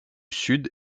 sud